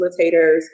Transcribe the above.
facilitators